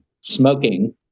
smoking